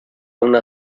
una